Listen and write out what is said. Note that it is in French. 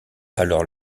alors